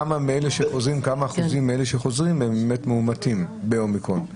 כמה אחוזים מאלה שחוזרים הם באמת מאומתים באומיקרון?